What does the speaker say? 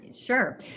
sure